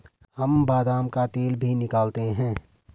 हम बादाम का तेल भी निकालते हैं